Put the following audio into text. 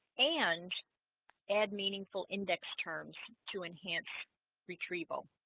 and add meaningful index terms to enhance retrieval